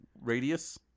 radius